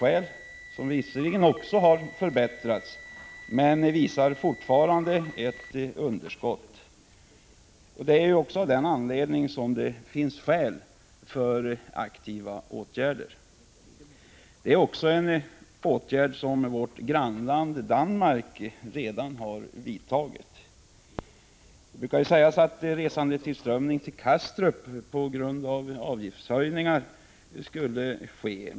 Bytesbalansen har visserligen också förbättrats, men den visar fortfarande ett underskott. Det är även av denna anledning som det finns skäl för aktiva åtgärder. Det är vidare en åtgärd som vårt grannland Danmark redan har vidtagit. Det brukar sägas att en resandetillströmning till Kastrup skulle ske om en höjning genomfördes.